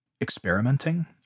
experimenting